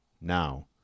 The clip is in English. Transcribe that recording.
Now